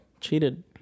Cheated